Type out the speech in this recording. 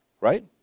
right